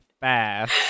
fast